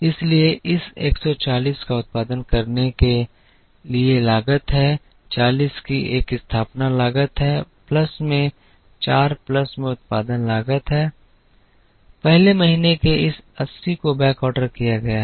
इसलिए इस 140 का उत्पादन करने के लिए लागत है 40 की एक स्थापना लागत है प्लस में 4 प्लस में उत्पादन लागत है पहले महीने के इस 80 को बैकऑर्डर किया गया है